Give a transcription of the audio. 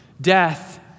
death